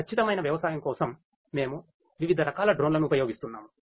సరఇన వ్యవసాయం కోసం మేము వివిధ రకాల డ్రోన్లను ఉపయోగిస్తున్నాము